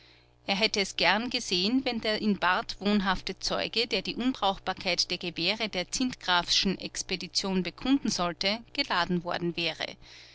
er hätte es gern gesehen wenn der in barth wohnhafte zeuge der die unbrauchbarkeit der gewehre der zintgraffschen expedition bekunden sollte geladen worden wäre